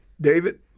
David